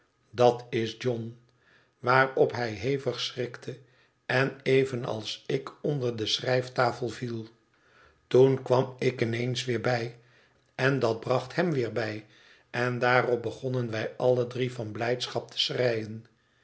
dat is john waarop hij hevig schrikte en evenals ik onder de schrijftafel viel toen kwam ik in eens weer bij en dat bracht hem weer bij en daarop begonnen wij alle drie van blijdschap te schreien